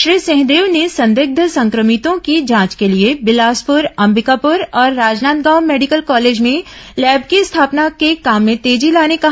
श्री सिंहदेव ने संदिग्ध संक्रमितों की जांच के लिए बिलासपुर अंबिकापुर और राजनांदगांव मेडिकल कॉलेज में लैब की स्थापना के काम में तेजी लाने कहा